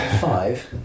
five